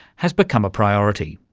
has become a priority.